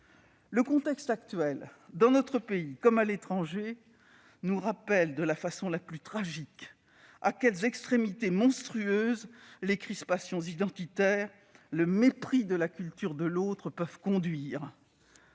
Le contexte actuel, dans notre pays comme à l'étranger, nous rappelle de la façon la plus tragique à quelles extrémités monstrueuses les crispations identitaires et le mépris de la culture de l'autre peuvent conduire.